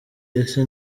ese